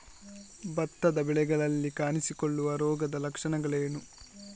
ಭತ್ತದ ಬೆಳೆಗಳಲ್ಲಿ ಕಾಣಿಸಿಕೊಳ್ಳುವ ರೋಗದ ಲಕ್ಷಣಗಳೇನು?